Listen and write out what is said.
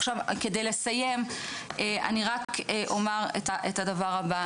עכשיו כדי לסיים אני רק אומר את הדבר הבא,